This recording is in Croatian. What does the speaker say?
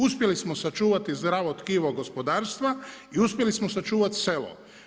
Uspjeli smo sačuvati zdravo tkivo gospodarstva i uspjeli smo sačuvati selo.